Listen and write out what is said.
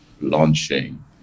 launching